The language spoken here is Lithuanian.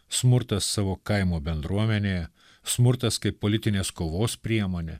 smurtas savo kaimo bendruomenėje smurtas kaip politinės kovos priemonė